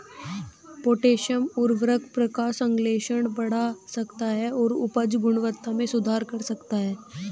potassium उवर्रक प्रकाश संश्लेषण बढ़ा सकता है और उपज गुणवत्ता में सुधार कर सकता है